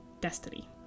destiny